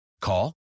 Call